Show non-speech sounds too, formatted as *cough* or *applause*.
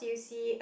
*breath*